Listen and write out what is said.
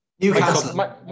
Newcastle